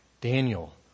Daniel